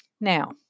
Now